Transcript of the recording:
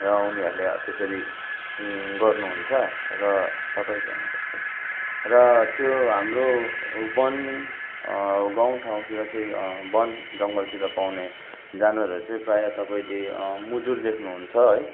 र उनीहरूले अब त्यसरी गर्नुहुन्छ र तपाईँ त्यहाँ र त्यो हाम्रो वन गाउँठाउँतिर चाहिँ वनजङ्गलतिर पाउने जनावरहरू चाहिँ प्रायः तपाईँले मुजुर देख्नुहुन्छ है